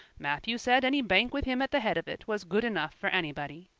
matthew said any bank with him at the head of it was good enough for anybody.